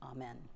Amen